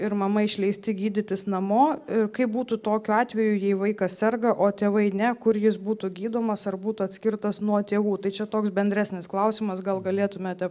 ir mama išleisti gydytis namo ir kaip būtų tokiu atveju jei vaikas serga o tėvai ne kur jis būtų gydomas ar būtų atskirtas nuo tėvų tai čia toks bendresnis klausimas gal galėtumėte